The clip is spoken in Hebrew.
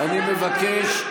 כל השרים שלכם --- אני מבקש.